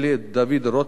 דוד רותם,